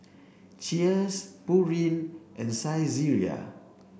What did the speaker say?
cheers Pureen and Saizeriya